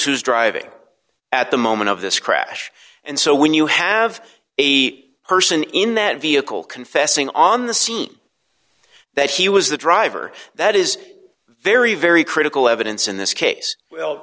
who's driving at the moment of this crash and so when you have a person in that vehicle confessing on the scene that he was the driver that is very very critical evidence in this case